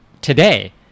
Today